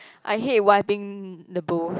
I date wiping the doors